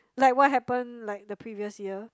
like what happened like the previous year